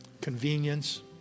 convenience